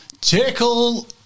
Tickle